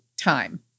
time